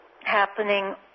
happening